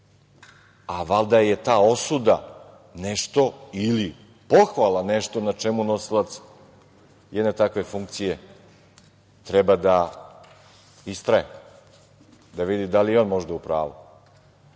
Valjda je ta osuda ili pohvala nešto na čemu nosilac jedne takve funkcije treba da istraje, da vidi da li je on možda u pravu. Ta